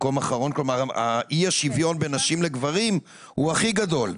כלומר אי השוויון בין נשים לגברים הוא הכי גדול.